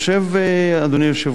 אדוני היושב-ראש,